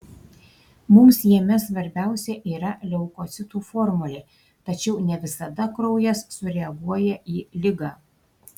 mums jame svarbiausia yra leukocitų formulė tačiau ne visada kraujas sureaguoja į ligą